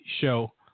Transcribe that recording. show